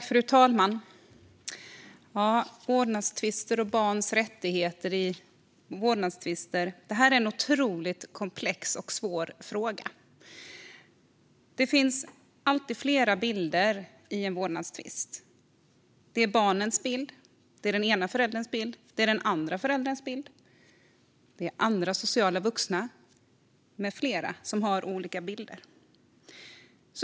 Fru talman! Vårdnadstvister och barns rättigheter i sådana är en otroligt komplex och svår fråga. Det finns alltid flera bilder i en vårdnadstvist. Det är barnens bild, det är den ena förälderns bild, det är den andra förälderns bild och det är andra sociala vuxna med flera som har olika bilder.